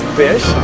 fish